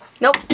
Nope